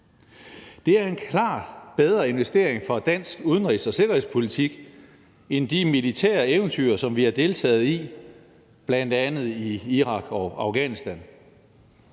Det er en klart bedre investering for dansk udenrigs- og sikkerhedspolitik end de militære eventyr, som vi har deltaget i, bl.a. i Irak og Afghanistan.